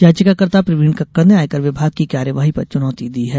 याचिका कर्ता प्रवीण कक्कड़ ने आयकर विभाग की कार्यवाही पर चुनौती दी है